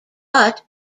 but